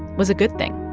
was a good thing.